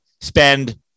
spend